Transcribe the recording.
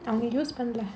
அவங்க:avanga use பண்ல:panla